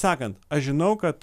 sakant aš žinau kad